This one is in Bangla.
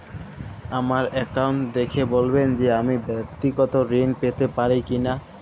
আমার অ্যাকাউন্ট দেখে বলবেন যে আমি ব্যাক্তিগত ঋণ পেতে পারি কি না?